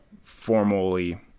formally